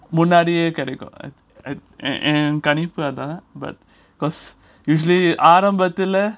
முன்னாடியே கிடைக்கும்:munnadie kedaikum but because usually ஆரம்பத்துல:arambathula